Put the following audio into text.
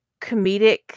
comedic